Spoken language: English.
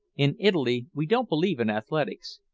in italy we don't believe in athletics.